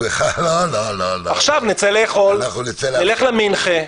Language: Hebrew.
עכשיו נצא לאכול, נלך למנחה.